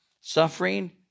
Suffering